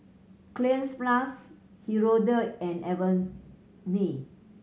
Cleanz Plus Hirudoid and Avene